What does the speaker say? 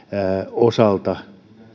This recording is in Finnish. osalta